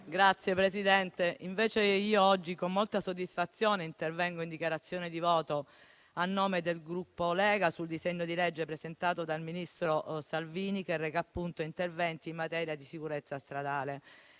Signor Presidente, oggi con molta soddisfazione intervengo in dichiarazione di voto, a nome del Gruppo Lega, sul disegno di legge presentato dal ministro Salvini, che reca interventi in materia di sicurezza stradale.